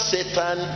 Satan